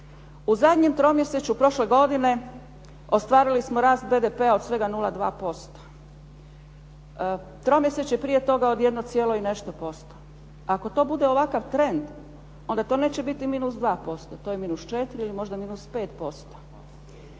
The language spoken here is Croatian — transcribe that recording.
U zadnjem tromjesečju prošle godine ostvarili smo rast BDP-a od svega 0,2%, tromjesečje prije toga od 1 i nešto posto. Ako to bude ovakav trend onda to neće biti -2%, to je -4 ili možda -5%.